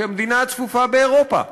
שהיא המדינה הצפופה באירופה.